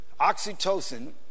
Oxytocin